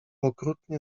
okrutnie